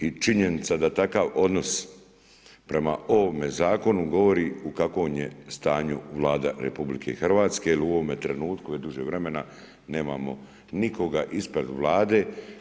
I činjenica da takav odnos prema ovome zakonu govori u kakvom je stanju Vlada RH, jer u ovome trenutku već duže vremena nemamo nikoga ispred Vlade.